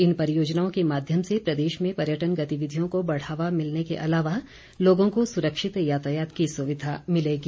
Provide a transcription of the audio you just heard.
इन परियोजनाओं के माध्यम से प्रदेश में पर्यटन गतिविधियों को बढ़ावा मिलने के अलावा लोगों को सुरक्षित यातायात की सुविधा मिलेगी